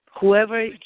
Whoever